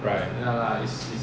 right